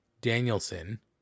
Danielson